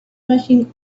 rushing